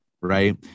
Right